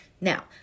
Now